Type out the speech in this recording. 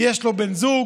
יש לו בן זוג,